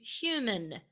human